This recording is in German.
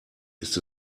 ist